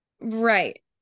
right